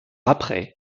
après